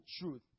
truth